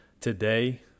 today